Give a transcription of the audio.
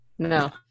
No